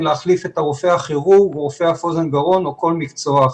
להחליף את הרופא הכירורג או רופא אף אוזן גרון או כל מקצוע אחר.